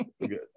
good